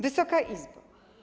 Wysoka Izbo!